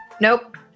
Nope